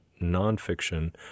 nonfiction